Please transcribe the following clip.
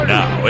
Now